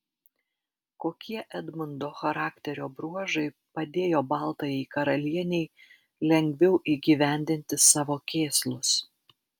kokie edmundo charakterio bruožai padėjo baltajai karalienei lengviau įgyvendinti savo kėslus